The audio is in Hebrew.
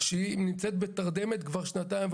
שנמצאת בתרדמת כבר שנתיים,